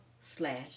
slash